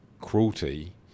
cruelty